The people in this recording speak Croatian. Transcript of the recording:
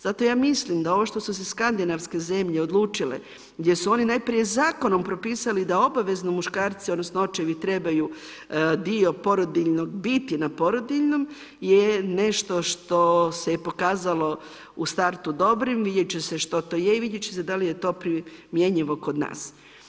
Zato ja mislim da ovo što su se skandinavske zemlje odlučile, gdje su oni najprije zakonom propisali da obavezno muškarci odnosno očevi trebaju dio porodiljnog biti na porodiljnom je nešto što se pokazalo u startu dobrim, vidjeti će se što to je i vidjeti će se da li je to primjenjivo kod nas.